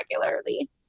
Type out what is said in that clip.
regularly